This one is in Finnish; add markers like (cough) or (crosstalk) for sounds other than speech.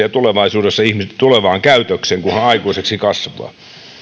(unintelligible) ja ihmisen tulevaan käytökseen kun hän aikuiseksi kasvaa